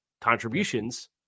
contributions